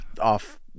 off